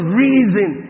reason